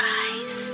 eyes